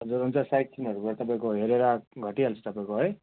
हजुर हुन्छ साइट सिनहरू गर्दा तपाईँको हेरेर घटिहाल्छ तपाईँको है